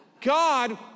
God